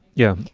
yeah.